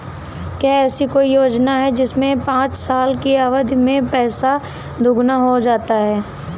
क्या ऐसी कोई योजना है जिसमें पाँच साल की अवधि में पैसा दोगुना हो जाता है?